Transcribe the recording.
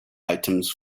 items